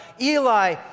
Eli